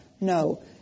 No